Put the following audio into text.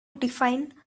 defend